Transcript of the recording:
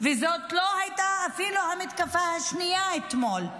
וזאת לא הייתה אפילו המתקפה השנייה אתמול.